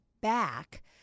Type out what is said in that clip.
back